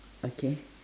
okay